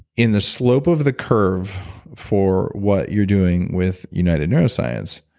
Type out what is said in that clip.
in the slope of the curve for what you're doing with united neuroscience,